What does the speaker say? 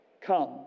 Come